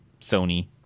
Sony